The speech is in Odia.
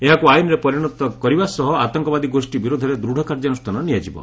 ଏହାକୁ ଆଇନରେ ପରିଣତ କରିବା ସହ ଆତଙ୍କବାଦୀ ଗୋଷ୍ଠୀ ବିରୋଧରେ ଦୃଢ଼ କାର୍ଯ୍ୟାନୁଷ୍ଠାନ ନିଆଯିବ